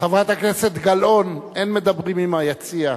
חברת הכנסת גלאון, אין מדברים עם היציע.